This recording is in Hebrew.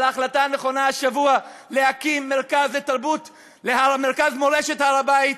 על ההחלטה הנכונה השבוע להקים מרכז למורשת הר-הבית.